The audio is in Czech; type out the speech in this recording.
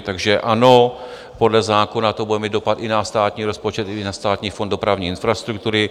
Takže ano, podle zákona to bude mít dopad i na státní rozpočet i na Státní fond dopravní infrastruktury.